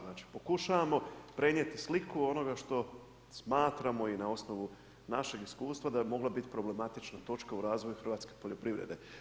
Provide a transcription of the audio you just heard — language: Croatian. Znači pokušavamo prenijeti sliku onoga što smatramo i na osnovu našeg iskustva, da bi mogla biti problematična točka u razvoju hrvatske poljoprivrede.